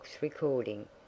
recording